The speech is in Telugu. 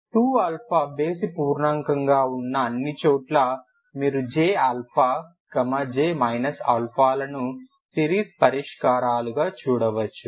2α బేసి పూర్ణాంకంగా ఉన్న అన్ని చోట్లా మీరు J J α లను సిరీస్ పరిష్కారాలుగా చూడవచ్చు